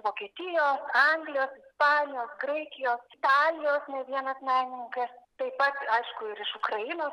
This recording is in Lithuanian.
vokietijos anglijos ispanijos graikijos italijos ne vienas menininkas taip pat aišku ir iš ukrainos